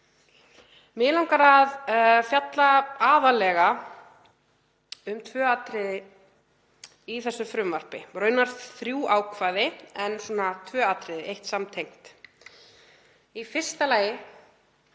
Mig langar að fjalla aðallega um tvö atriði í þessu frumvarpi, raunar þrjú ákvæði en tvö atriði, eitt samtengt. Í fyrsta lagi